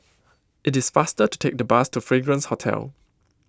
it is faster to take the bus to Fragrance Hotel